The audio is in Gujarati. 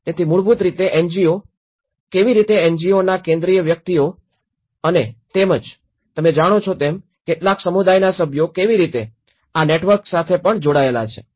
તેથી મૂળભૂત રીતે એનજીઓ કેવી રીતે એનજીઓ ના કેન્દ્રિય વ્યક્તિઓ અને તેમજ તમે જાણો છો કેટલાક સમુદાયના સભ્યો કેવી રીતે તેઓ આ નેટવર્ક સાથે પણ જોડાયેલા છે